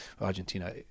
Argentina